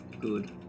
Good